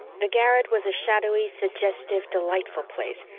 the garret was a shadowy, suggestive, delightful place,